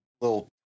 little